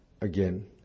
again